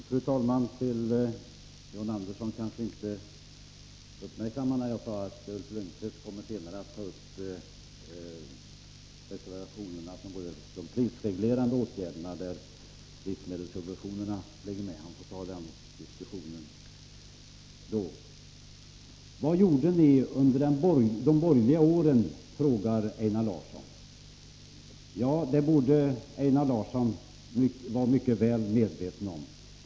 Fru talman! Till John Andersson vill jag säga att Ulf Lönnqvist senare kommer att ta upp de reservationer som gäller de prisreglerande åtgärderna på jordbrukets område, där livsmedelssubventionerna ingår. Vad gjorde ni under de borgerliga åren? frågar Einar Larsson. Det borde Einar Larsson vara mycket väl medveten om.